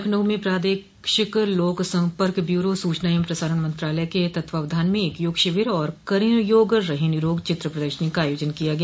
लखनऊ में प्रादेशिक लोक सम्पर्क ब्यूरो सूचना एवं प्रसारण मंत्रालय के तत्वावधान में एक योग शिविर और करें योग रहे निरोग चित्र प्रदर्शनी का आयोजन किया गया